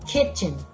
Kitchen